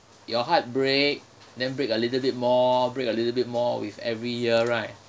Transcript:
your heart break then break a little bit more break a little bit more with every year right